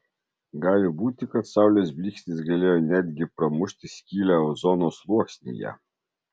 gali būti kad saulės blyksnis galėjo netgi pramušti skylę ozono sluoksnyje